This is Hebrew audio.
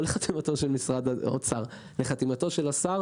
אלא שמשרד האוצר מחזיק את השר